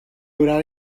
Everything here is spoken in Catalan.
haurà